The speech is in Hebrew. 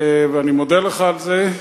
ואני מודה לך על זה.